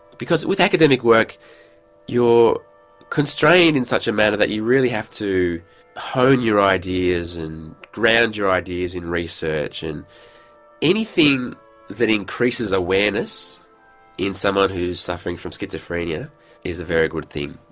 because with academic work you're constrained in such a manner that you really have to hone your ideas and ground your ideas in research and anything that increases awareness in someone who's suffering from schizophrenia is a very good thing.